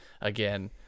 again